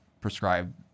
prescribe